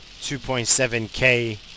2.7K